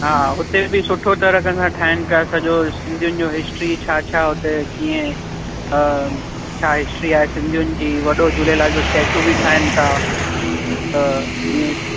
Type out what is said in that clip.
हा हुते बि सुठो तरीक़नि सां ठाहिनि पिया सॼो सिंधियुनि जो हिस्ट्री छा छा हुते कीअं छा हिस्ट्री आहे सिंधियुनि जी वॾो झूलेलाल जो स्टैच्यू बि ठाहिनि था त जीअं